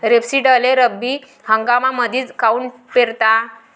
रेपसीडले रब्बी हंगामामंदीच काऊन पेरतात?